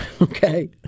Okay